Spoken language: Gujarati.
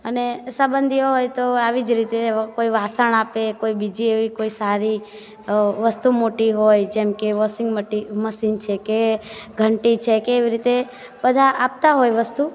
અને સંબંધીઓ હોય તો આવી જ રીતે કોઈ વાસણ આપે કોઈ બીજી એવી કોઈ સારી વસ્તુ મોટી હોય જેમકે વોશિંગ મટીન મશીન છે કે ઘંટી છેકે એવી રીતે બધા આપતા હોય વસ્તુ